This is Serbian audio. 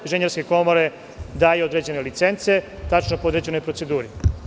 Inženjerske komore daju određene licence po tačno određenoj proceduri.